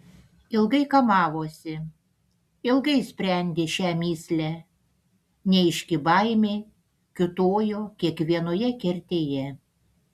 ilgai kamavosi ilgai sprendė šią mįslę neaiški baimė kiūtojo kiekvienoje kertėje